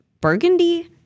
burgundy